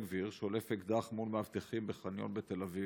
גביר שולף אקדח מול מאבטחים בחניון בתל אביב.